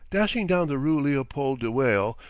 dashing down the rue leopold de wael,